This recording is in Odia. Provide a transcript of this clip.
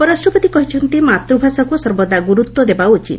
ଉପରାଷ୍ଟ୍ରପତି କହିଛନ୍ତି ମାତୃଭାଷାକୁ ସର୍ବଦା ଗୁରୁତ୍ୱ ଦେବା ଉଚିତ